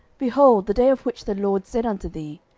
behold the day of which the lord said unto thee,